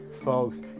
folks